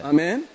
Amen